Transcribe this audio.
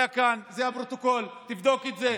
זה הפרוטוקול, תבדוק את זה.